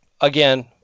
again